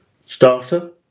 starter